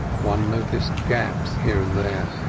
one noticed gaps here and there,